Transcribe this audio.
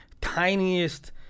tiniest